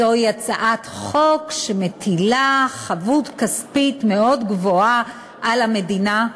זו הצעת חוק שמטילה חבות כספית מאוד גבוהה על המדינה?